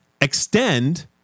extend